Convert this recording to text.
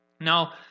Now